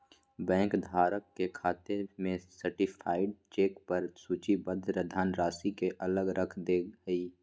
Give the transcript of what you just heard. bank धारक के खाते में सर्टीफाइड चेक पर सूचीबद्ध धनराशि के अलग रख दे हइ